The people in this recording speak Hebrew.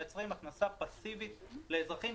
מייצרים הכנסה פאסיבית לאזרחים.